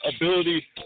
ability